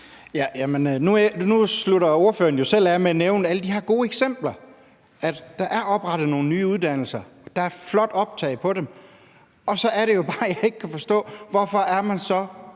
Nu slutter ordføreren jo selv af med at nævne alle de her gode eksempler, altså at der er oprettet nogle nye uddannelser, og at der er et flot optag på dem. Så er det bare, at jeg ikke kan forstå, hvorfor man er